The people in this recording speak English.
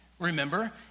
Remember